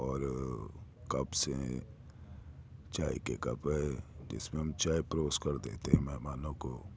اور کپس ہیں چائے کے کپ ہیں جس میں ہم چائے پروس کر دیتے ہیں مہمانوں کو